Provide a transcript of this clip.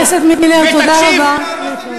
ותקשיב, חבר הכנסת מילר, תודה רבה.